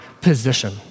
position